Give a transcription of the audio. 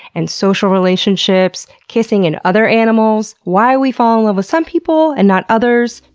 and social relationships? kissing in other animals, why we fall in love with some people and not others,